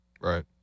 Right